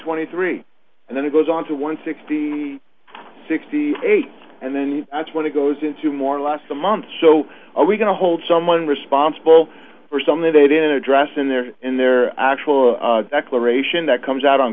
twenty three and then he goes on to one sixty sixty eight and then that's when it goes into more or less a month so are we going to hold someone responsible for something they didn't address in their in their actual declaration that comes out on